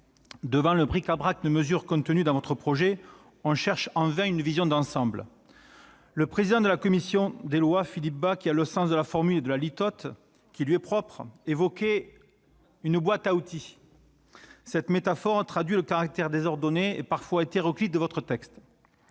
Devant le bric-à-brac de mesures contenues dans le présent texte, on cherche en vain une vision d'ensemble. Le président de la commission des lois, Philippe Bas, avec le sens de la formule et de la litote qui lui est propre, évoquait une « boîte à outils »! Cette métaphore traduit le caractère désordonné et parfois hétéroclite du projet